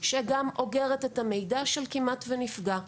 שאוגרת גם את המידע של "כמעט ונפגע".